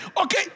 Okay